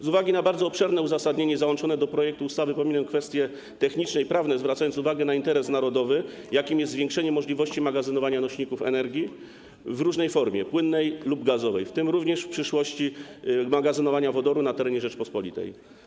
Z uwagi na bardzo obszerne uzasadnienie załączone do projektu ustawy pominę kwestie techniczne i prawne, zwracając uwagę na interes narodowy, jakim jest zwiększenie możliwości magazynowania nośników energii w różnej formie, płynnej lub gazowej, w tym również w przyszłości magazynowania wodoru na terenie Rzeczypospolitej.